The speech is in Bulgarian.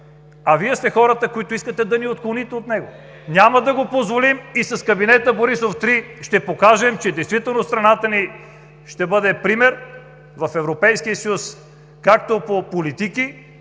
а Вие сте хората, които искате да ни отклоните от него. Няма да го позволим и с кабинета Борисов 3 ще покажем, че действително страната ни ще бъде пример в Европейския съюз както по политики,